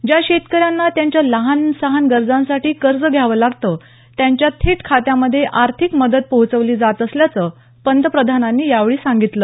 ज्या शेतकऱ्यांना त्यांच्या लहान सहान गरजांसाठी कर्ज घ्यावं लागतं त्यांच्या थेट खात्यामध्ये आर्थिक मदत पोहचवली जात असल्याचं पंतप्रधानांनी यावेळी सांगितलं